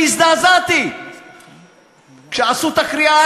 אני הזדעזעתי כשעשו את הקריעה.